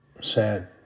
sad